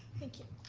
thank you.